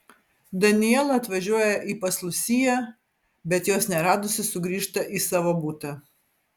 daniela atvažiuoja į pas lusiją bet jos neradusi sugrįžta į savo butą